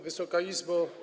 Wysoka Izbo!